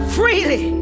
freely